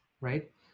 right